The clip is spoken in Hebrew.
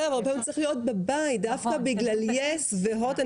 אבל אדם צריך להיות בבית דווקא בגלל יס והוט.